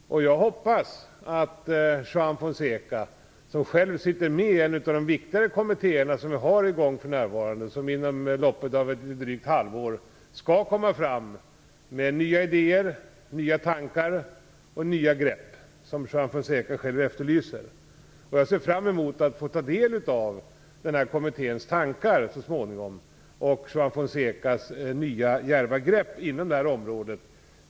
Juan Fonseca sitter själv med i en av de viktigare kommittéerna som arbetar för närvarande. Kommittén skall inom loppet av ett drygt halvår komma med nya idéer, nya tankar och nya grepp, som Juan Fonseca själv efterlyser. Jag ser fram emot att så småningom få ta del av kommitténs tankar och av Juan Fonsecas nya djärva grepp på området.